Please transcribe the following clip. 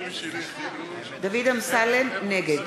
נגד